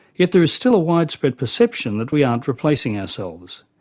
yet there is still a widespread perception that we aren't replacing ourselves.